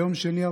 ביום שני,